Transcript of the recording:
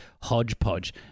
hodgepodge